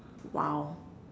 !wow!